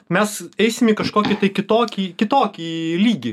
mes eisim į kažkokį kitokį kitokį lygį